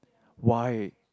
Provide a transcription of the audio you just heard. why